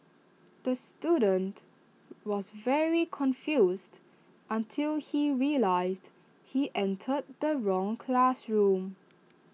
the student was very confused until he realised he entered the wrong classroom